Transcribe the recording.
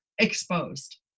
exposed